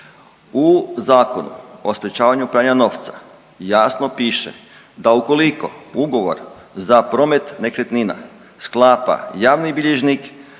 u Zakonu o sprečavanju pranja novca jasno piše da ukoliko ugovor za promet nekretnina sklapa javni bilježnik,